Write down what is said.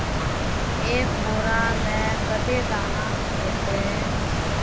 एक बोड़ा में कते दाना ऐते?